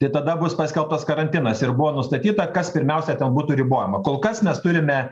tai tada bus paskelbtas karantinas ir buvo nustatyta kas pirmiausia ten būtų ribojama kol kas mes turime